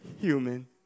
human